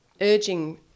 urging